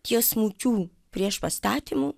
tiesmukių prieš pastatymų